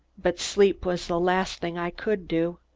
but sleep was the last thing i could do.